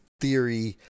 theory